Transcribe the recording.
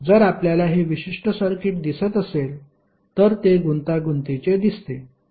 जर आपल्याला हे विशिष्ट सर्किट दिसत असेल तर ते गुंतागुंतीचे दिसते